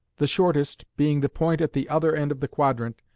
the shortest, being the point at the other end of the quadrant,